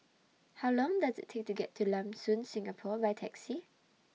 How Long Does IT Take to get to Lam Soon Singapore By Taxi